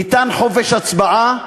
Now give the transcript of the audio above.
ניתן חופש הצבעה,